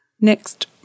Next